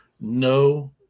no